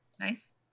nice